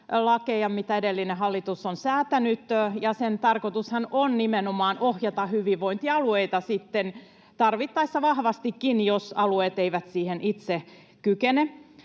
mitä edellinen hallitus on säätänyt. Sen tarkoitushan on nimenomaan ohjata hyvinvointialueita tarvittaessa vahvastikin, jos alueet eivät siihen itse kykene.